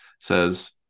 says